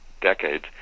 decades